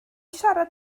siarad